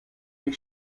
les